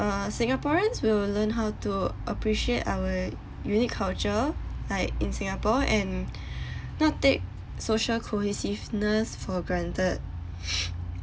uh singaporeans will learn how to appreciate our unique culture like in singapore and not take social cohesiveness for granted